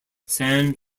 san